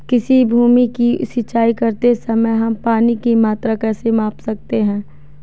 किसी भूमि की सिंचाई करते समय हम पानी की मात्रा कैसे माप सकते हैं?